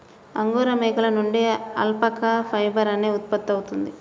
angora మేకల నుండి alpaca fibre అనేది ఉత్పత్తవుతుంది